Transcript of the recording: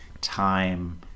time